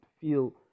feel